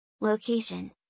Location